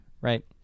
right